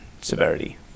severity